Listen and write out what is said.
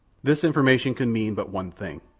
this information could mean but one thing,